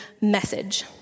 message